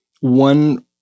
One